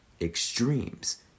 extremes